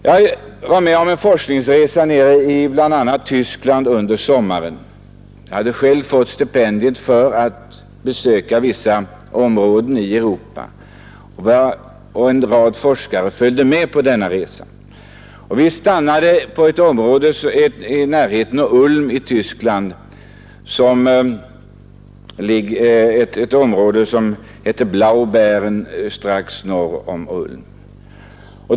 Jag var med om en forskningsresa i bl.a. Tyskland i somras; jag hade själv fått stipendium för att besöka vissa områden i Europa. En rad forskare följde med på denna resa, och vi stannade på en plats som hette Blaubeeren strax norr om Ulm.